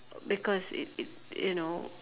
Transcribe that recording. because it it you know